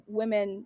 women